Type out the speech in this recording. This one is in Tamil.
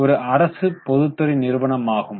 இது ஒரு அரசு பொதுத்துறை நிறுவனமாகும்